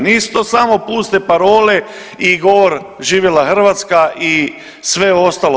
Nisu to samo puste parole i govor „živjela Hrvatska!“ i sve ostalo.